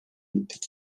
gittik